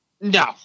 No